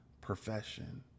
profession